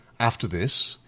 after this,